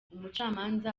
umucamanza